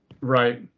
Right